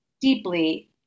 deeply